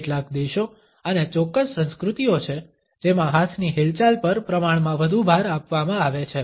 કેટલાક દેશો અને ચોક્કસ સંસ્કૃતિઓ છે જેમાં હાથની હિલચાલ પર પ્રમાણમાં વધુ ભાર આપવામા આવે છે